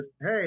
hey